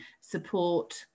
support